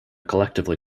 collectively